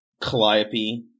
Calliope